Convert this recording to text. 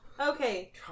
Okay